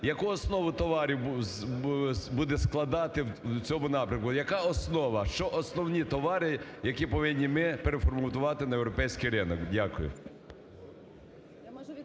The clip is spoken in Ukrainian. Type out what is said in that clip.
яку основу товарів буде складати в цьому напрямку, яка основа, що основні товари, які повинні ми переформатувати на європейський ринок? Дякую.